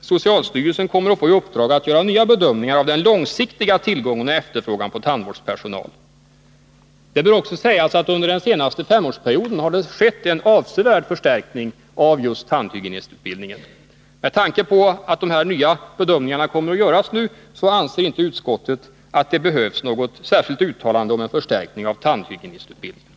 socialstyrelsen kommer att få i uppdrag att göra nya bedömningar av den långsiktiga tillgången och efterfrågan på tandvårdspersonal. Under den senaste femårsperioden har det skett en avsevärd förstärkning av just tandhygienistutbildningen. Med tanke på att dessa nya bedömningar kommer att göras nu, anser inte utskottet att det behövs något särskilt uttalande om förstärkning av tandhygienistutbildningen.